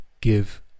give